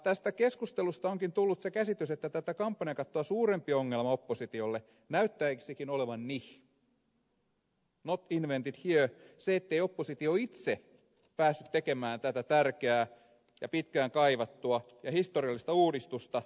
tästä keskustelusta onkin tullut se käsitys että tätä kampanjakattoa suurempi ongelma oppositiolle näyttäisi olevan nih not invented here se ettei oppositio itse päässyt tekemään tätä tärkeää ja pitkään kaivattua ja historiallista uudistusta